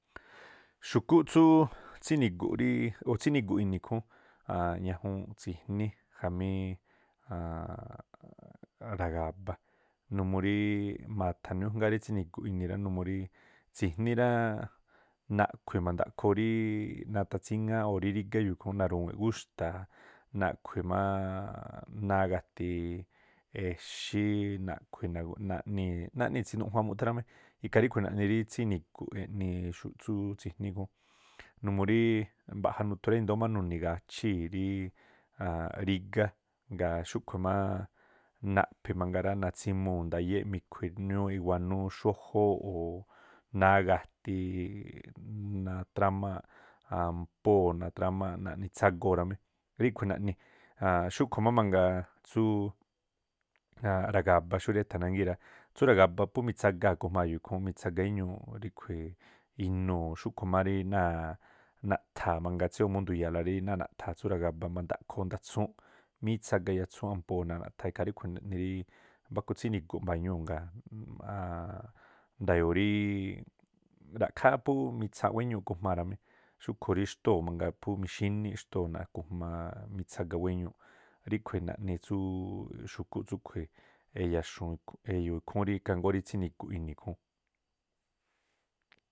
Xu̱kúꞌ tsúú tsíni̱gu̱ꞌ ríí o̱ tsíni̱gu̱ꞌ ini̱ ikhúún, a̱a̱n ñajuunꞌ tsi̱jní khamí ragaba numuu rí ma̱tha̱ rí ñújgáá rí tsini̱gu̱ꞌ ini̱ rá. Xu̱kúꞌ tsúú tsíni̱gu̱ꞌ ríí o̱ tsíni̱gu̱ꞌ ini̱ ikhúún aan ñajuunꞌ tsi̱jní jamí ra̱gaba numuu rí ma̱tha̱̱ ñúújngaa rí tsíni̱gu̱ꞌ ini rá numuu tsi̱jní rá, naꞌkhui̱ ma̱ndaꞌkhoo rii nathatsíŋáá o̱ ri rígá e̱yo̱o̱ ikhúún naru̱wi̱nꞌ gúxta̱a̱, naꞌkhui̱ má náa̱ gati exí, naꞌkhui̱ nag- naꞌnii̱- tsinuꞌjuan mu̱ꞌthá rá mí, ikhaa ríꞌkhui̱ naꞌni rí tsíni̱gu̱ꞌ eꞌni xu̱ꞌ tsúú tsi̱jní jún, numuu ríí mbaꞌja nuthu i̱ndóó má nuni̱ gachíi̱ rí rígá, ngaa̱ xúꞌkhui̱ má naꞌphi̱ mangaa rá. Natsimuu̱ ndayéꞌ mi̱khui̱ ñúúꞌ iwanúú xójóó o̱ náá gatiiiꞌ náa̱ trámáꞌ ampóo̱ naꞌni tsagoo̱ rámí, ríkhui̱ naꞌni. Xúkhu̱ má mangaa tsúú ragaba xúrí e̱tha̱ nángíi̱ rá, tsú ragaba phú mitsagaa̱ ikhujmaa̱ e̱yo̱o̱ ikhúún, mitsaga éñuuꞌ ríꞌkhui̱ inuu̱, xúꞌkhu̱ má rí náa̱ naꞌtha̱a̱ mangaa, ngaa̱ tséyoo̱ mú ndu̱yaa̱la náa̱ rí naꞌtha̱a̱ tsú ragaba ma̱ndaꞌkhoo ndatsúúnꞌ mitsaga iyatsúúnꞌ ampóo̱ náa̱ naꞌtha̱a̱, ikhaa ríꞌkhui̱ naꞌni ríí mbáku tsíni̱gu̱ꞌ mba̱ñuu̱, ngaa̱ nda̱yo̱o̱ ríí ra̱khááꞌ phú mitsaanꞌ wéñuuꞌ ikujmaa̱ rá mí. Xúꞌkhu̱ rí xtóo̱ mangaa phú mixíní xtóo̱ nagujmaa rí tsagawéñuuꞌ. Ríꞌkhui̱ naꞌni tsúú xu̱kúꞌ tsúꞌkhui̱, eya̱xuu̱n ikhúún, e̱yo̱o̱ ikhúún rí ikhaajngóó rí tsíni̱gu̱ꞌ ini̱ ikhúún